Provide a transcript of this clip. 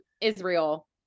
Israel